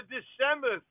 December